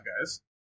Guys